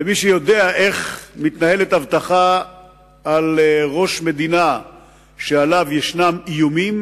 ומי שיודע איך מתנהלת אבטחה על ראש מדינה שיש איומים